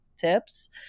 tips